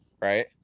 right